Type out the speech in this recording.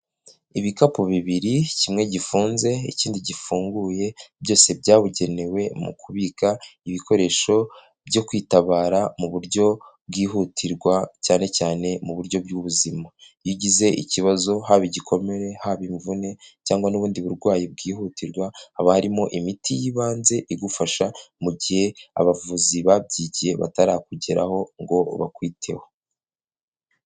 Ibikapu bibiri, kimwe gifunze ikindi gifunguye, byose byabugenewe mu kubika ibikoresho byo kwitabara mu buryo bwihutirwa cyane cyane mu buryo bw'ubuzima. Iyo ugize ikibazo haba igikomere, haba imvune cyangwa n'ubundi burwayi bwihutirwa, haba harimo imiti y'ibanze igufasha mu gihe abavuzi babyigiye batarakugeraho ngo bakwiteho.